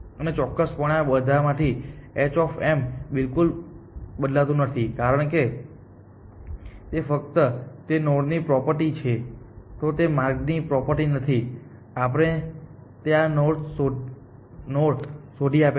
અને ચોક્કસપણે આ બધામાંથી h બિલકુલ બદલાતું નથી કારણ કે તે ફક્ત તે નોડની પ્રોપર્ટી છે તે તે માર્ગની પ્રોપર્ટી નથી આપણ ને આ નોડ શોધી આપે છે